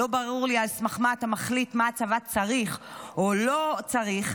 לא ברור לי על סמך מה אתה מחליט מה הצבא צריך או לא צריך,